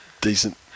decent